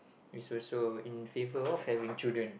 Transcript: is also in favor of having children